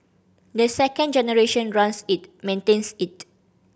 the second generation runs it maintains it